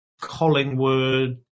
Collingwood